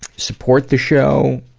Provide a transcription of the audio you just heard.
support the show,